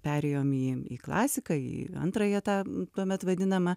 perėjom į į klasiką į antrąją tą tuomet vadinamą